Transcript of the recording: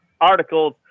articles